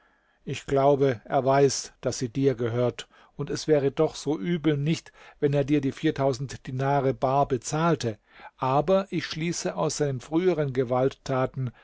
ich glaube er weiß daß sie dir gehört und es wäre doch so übel nicht wenn er dir die dinare bar bezahlte aber ich schließe aus seinen früheren gewalttaten